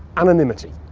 anonymity.